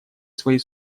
своей